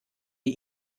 die